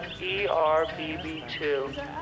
ERBB2